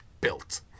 built